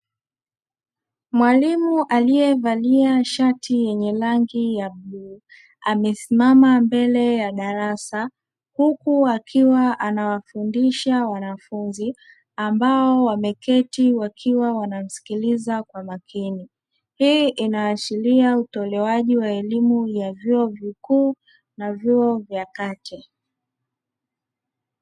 Mwalimu aliyevalia shati yenye rangi ya bluu amesimama mbele ya darasa, huku akiwa anawafundisha wanafunzi ambao wameketi wakiwa wanamsikiliza kwa makini, hii ina ashiria utolewaji wa elimu ya vyuo vikuu na vyuo vya kati.